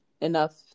enough